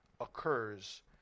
occurs